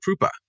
Krupa